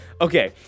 okay